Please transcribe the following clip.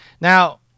Now